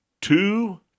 Two